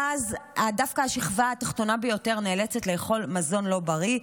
ואז דווקא השכבה התחתונה ביותר נאלצת לאכול מזון לא בריא,